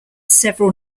several